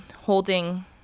holding